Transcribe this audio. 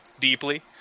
deeply